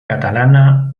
catalana